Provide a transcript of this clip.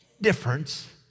difference